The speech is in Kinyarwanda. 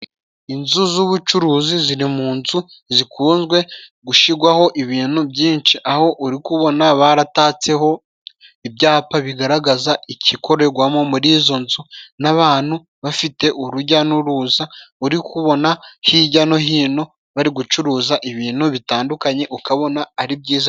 Inzu z'ubucuruzi ziri mu nzu zikunzwe gushigwaho ibintu byinshi. Aho uri kubona baratatseho ibyapa bigaragaza igikorerwamo muri izo nzu n'abantu bafite urujya n'uruza uri kubona hirya no hino bari gucuruza ibintu bitandukanye ukabona ari byiza.